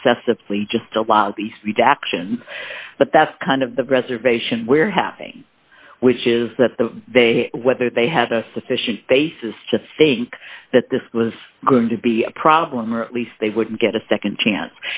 excessively just a lot of these actions but that's kind of the reservation we're having which is that the they whether they had a sufficient basis to think that this was going to be a problem or at least they wouldn't get a nd chance